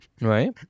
Right